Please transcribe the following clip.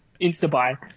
insta-buy